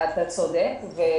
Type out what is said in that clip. זה טבעי שמפילים אחד על השני,